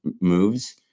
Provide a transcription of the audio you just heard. moves